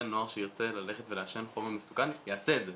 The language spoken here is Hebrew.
בן נוער שירצה לעשן חומר מסוכן יעשה את זה,